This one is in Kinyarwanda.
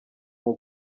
nko